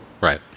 Right